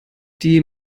die